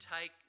take